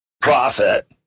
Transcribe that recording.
profit